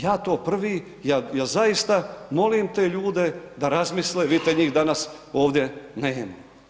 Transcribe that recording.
Ja to prvi, ja zaista molim te ljude da razmisle, vidite njih danas ovdje nema.